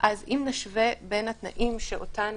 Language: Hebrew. אם נשווה בין התנאים שאותן